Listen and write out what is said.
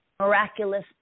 miraculous